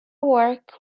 work